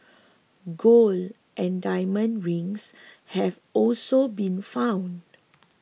gold and diamond rings have also been found